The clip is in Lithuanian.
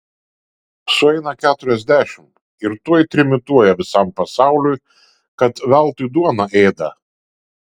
sueina keturiasdešimt ir tuoj trimituoja visam pasauliui kad veltui duoną ėda